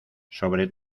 sobre